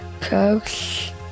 coach